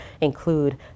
include